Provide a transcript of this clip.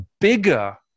bigger